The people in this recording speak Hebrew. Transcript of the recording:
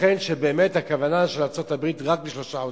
ייתכן שבאמת הכוונה של ארצות-הברית רק לשלושה חודשים?